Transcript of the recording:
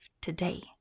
today